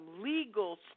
legal